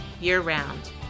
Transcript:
year-round